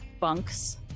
bunks